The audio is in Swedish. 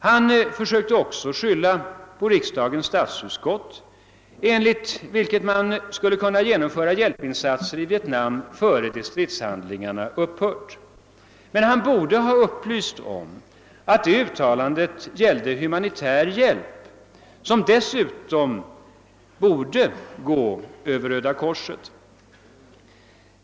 Han försökte också skylla på riksdagens statsutskott, enligt vilket man skulle kunna genomföra hjälpinsatser i Vietnam innan stridshandlingarna upphört. Men utrikesministern borde ha upplyst att detta uttalande gällde humanitär hjälp, som dessutom borde gå över Röda korset.